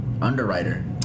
underwriter